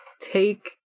take